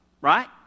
right